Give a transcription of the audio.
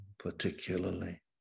particularly